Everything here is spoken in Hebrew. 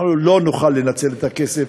אנחנו לא נוכל לנצל את הכסף,